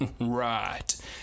Right